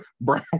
brown